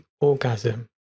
orgasm